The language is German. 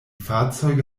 fahrzeuge